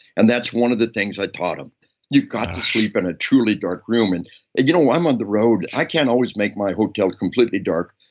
and that's one of the things i taught them you've got to sleep in a truly dark room. and and you know i'm on the road. i can't always make my hotel completely dark.